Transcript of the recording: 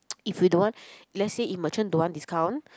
if you don't want let's say if merchant don't want discount